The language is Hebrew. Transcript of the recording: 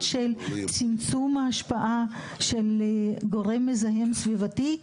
של צמצום ההשפעה של גורם מזהם סביבתי,